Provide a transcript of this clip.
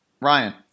Ryan